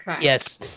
Yes